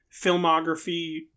filmography